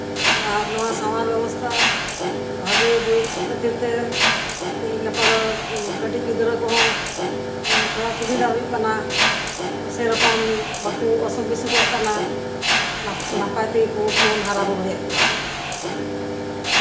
ᱟᱨ ᱱᱚᱣᱟ ᱥᱟᱶᱟᱨ ᱵᱮᱵᱚᱥᱛᱷᱟ ᱵᱷᱟᱹᱜᱮ ᱦᱩᱭ ᱠᱷᱟᱹᱛᱤᱨ ᱛᱮ ᱛᱮᱦᱮᱧ ᱜᱟᱯᱟ ᱫᱚ ᱠᱟᱹᱴᱤᱡ ᱜᱤᱫᱽᱨᱟᱹ ᱠᱚᱸᱦᱚ ᱛᱷᱚᱲᱟ ᱥᱩᱵᱤᱫᱷᱟ ᱦᱩᱭᱩᱜ ᱠᱟᱱᱟ ᱥᱮᱨᱚᱠᱚᱢ ᱵᱟᱠᱚ ᱚᱥᱩᱠ ᱵᱤᱥᱩᱠᱚᱜ ᱠᱟᱱᱟ ᱱᱟᱯᱟᱭ ᱛᱮᱜᱮ ᱵᱚᱱ ᱦᱟᱨᱟ ᱵᱩᱨᱩᱭᱮᱫ ᱠᱚᱣᱟ